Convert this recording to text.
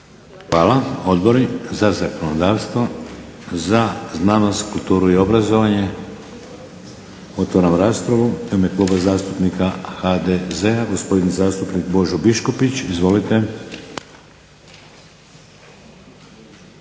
Hvala. Odbori za zakonodavstvo, za znanost kulturu i obrazovanje? Otvaram raspravu. U ime Kluba zastupnika HDZ-a gospodin zastupnik Božo Biškupić, izvolite.